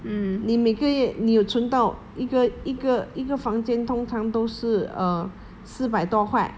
你每个月你有纯到一个一个一个房间通常都是 err 四百多块